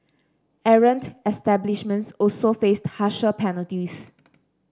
errant establishments also faced harsher penalties